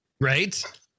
right